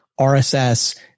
RSS